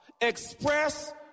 Express